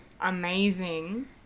amazing